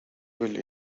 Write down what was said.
wheel